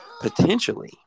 potentially